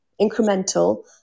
incremental